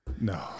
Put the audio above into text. No